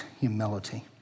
Humility